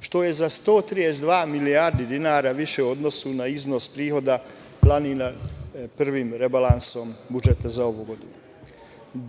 što je za 132 milijarde dinara više u odnosu na iznos prihoda planiranih prvom rebalansom budžeta za ovu godinu,